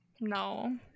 no